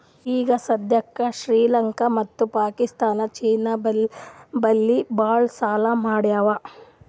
ಈಗ ಸದ್ಯಾಕ್ ಶ್ರೀಲಂಕಾ ಮತ್ತ ಪಾಕಿಸ್ತಾನ್ ಚೀನಾ ಬಲ್ಲಿ ಭಾಳ್ ಸಾಲಾ ಮಾಡ್ಯಾವ್